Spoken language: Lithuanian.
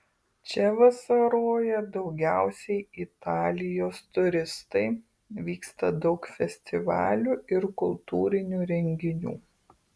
čia vasaroja daugiausiai italijos turistai vyksta daug festivalių ir kultūrinių renginių